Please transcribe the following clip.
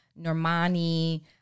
Normani